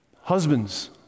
husbands